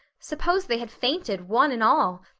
suppose they had fainted, one and all!